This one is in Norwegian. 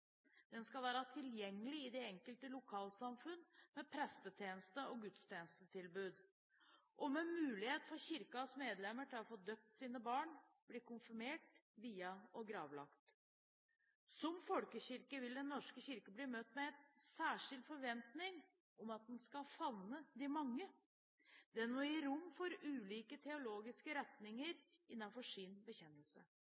Den skal være tilgjengelig i de enkelte lokalsamfunn, med prestetjeneste- og gudstjenestetilbud og med mulighet for Kirkens medlemmer til å få døpt sine barn og bli konfirmert, viet og gravlagt. Som folkekirke vil Den norske kirke bli møtt med en særskilt forventning om at den skal favne de mange. Den må gi rom for ulike teologiske